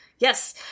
Yes